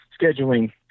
Scheduling